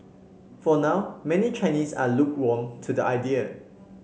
for now many Chinese are lukewarm to the idea